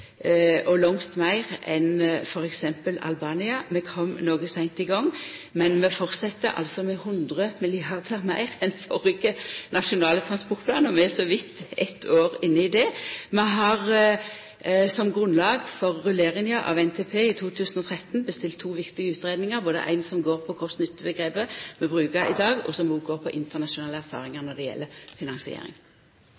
og langt meir enn f.eks. Albania. Vi kom noko seint i gong, men vi held altså fram med 100 mrd. kr meir enn førre nasjonale transportplan, og vi er så vidt eit år inne i ny planperiode. Vi har som grunnlag for rulleringa av NTP i 2013 bestilt to viktige utgreiingar, ein som går på kost–nytte-omgrepet vi brukar i dag, og ein som går på internasjonale erfaringar